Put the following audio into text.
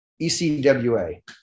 ecwa